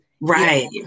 right